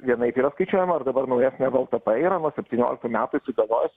vienaip yra skaičiuojama ar dabar naujesnė vltp nuo septynioliktų metų įsigaliojus